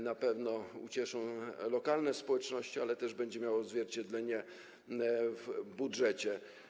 Na pewno ucieszą się z tego lokalne społeczności, ale też będzie to miało odzwierciedlenie w budżecie.